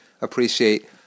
appreciate